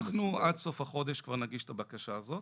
אנחנו עד סוף החודש כבר נגיש את הבקשה הזאת.